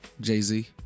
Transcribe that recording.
Jay-Z